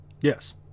Yes